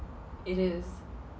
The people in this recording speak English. it is